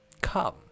come